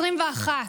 21,